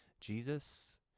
Jesus